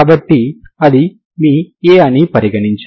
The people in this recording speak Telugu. కాబట్టి ఇది మీ A అని పరిగణించండి